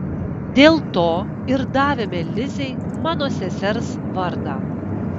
dėl to ir davėme lizei mano sesers vardą